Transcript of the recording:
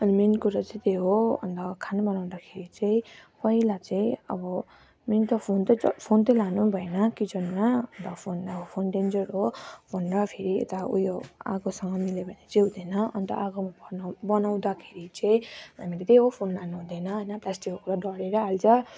अनि मेन कुरा चाहिँ त्यही हो अन्त खाना बनाउँदाखेरि चाहिँ पहिला चाहिँ अब मेन त फोन त ज फोन त लानु भएन किचनमा फोन अब फोन डेन्जर हो फोन र फेरि यता उयो आगोसँग मिल्यो भने चाहिँ हुँदैन अन्त आगोमा भनौँ बनाउँदाखेरि चाहिँ हामीले त्यही हो फोन लानु हुँदैन होइन प्लास्टिकको कुरा डढी त हाल्छ